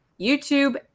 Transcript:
YouTube